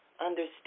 understand